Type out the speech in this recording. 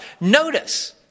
Notice